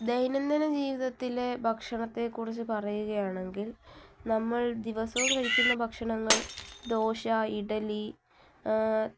ദൈനംദിന ജീവിതത്തിലെ ഭക്ഷണത്തെക്കുറിച്ച് പറയുകയാണെങ്കിൽ നമ്മൾ ദിവസവും കഴിക്കുന്ന ഭക്ഷണങ്ങൾ ദോശ ഇഡലി